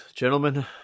Gentlemen